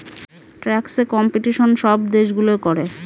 ট্যাক্সে কম্পিটিশন সব দেশগুলো করে